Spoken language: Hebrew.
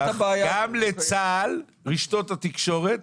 גם לצה"ל רשתות התקשורת,